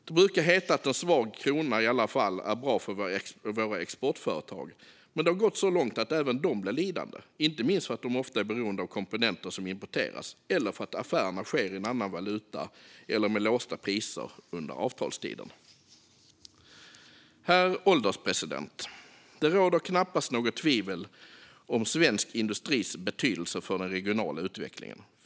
Det brukar heta att en svag krona i alla fall är bra för våra exportföretag, men det har gått så långt att även de blir lidande - inte minst för att de ofta är beroende av komponenter som importeras eller för att affärerna sker i annan valuta eller med låsta priser under avtalstiden. Herr ålderspresident! Det råder knappast något tvivel om svensk industris betydelse för den regionala utvecklingen.